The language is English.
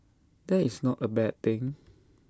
that is not A bad thing